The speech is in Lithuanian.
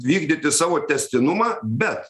vykdyti savo tęstinumą bet